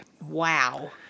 Wow